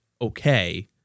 okay